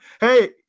hey